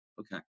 Okay